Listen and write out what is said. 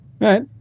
right